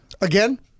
again